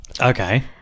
Okay